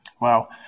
Wow